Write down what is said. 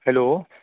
hello